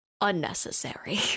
unnecessary